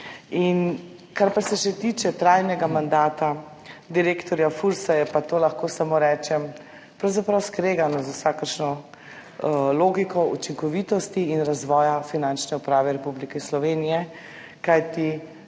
če. Kar se pa tiče trajnega mandata direktorja Fursa, je pa to, lahko samo rečem, pravzaprav skregano z vsakršno logiko učinkovitosti in razvoja Finančne uprave Republike Slovenije, kajti